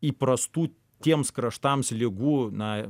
įprastų tiems kraštams ligų na